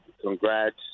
congrats